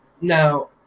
Now